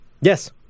Yes